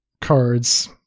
cards